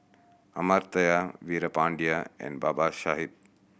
Amartya Veerapandiya and Babasaheb